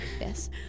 Yes